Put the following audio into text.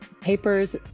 papers